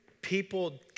people